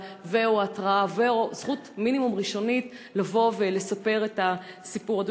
ו/או התראה ו/או זכות מינימום ראשונית לבוא ולספר את הסיפור.